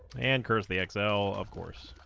and curse the excel of course